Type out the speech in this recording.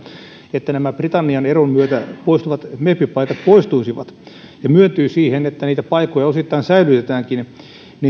että nämä britannian eron myötä poistuvat meppipaikat poistuisivat ja myöntyi siihen että niitä paikoin ja osittain säilytetäänkin